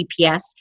GPS